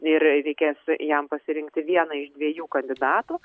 ir reikės jam pasirinkti vieną iš dviejų kandidatų